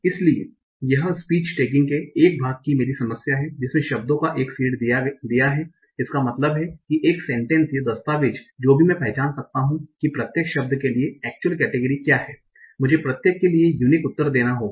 इसलिए यह speech tagging के एक भाग की मेरी समस्या है जिसमे शब्दों का एक सेट दिया है इसका मतलब है एक सेंटेन्स या दस्तावेज जो भी मैं पहचान सकता हूं कि प्रत्येक शब्द के लिए एक्चुयल केटेगरी क्या है मुझे प्रत्येक के लिए यूनिक उत्तर देना होगा